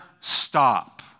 stop